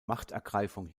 machtergreifung